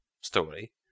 story